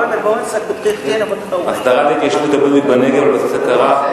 הצעה לסדר-היום בנושא: הסדרת ההתיישבות הבדואית בנגב על בסיס הכרה,